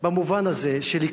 במובן הזה של,